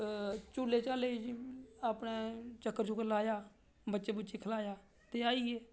झूले अपने चक्कर लाया बच्चे गी खिलाया ते आई गे